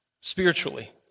spiritually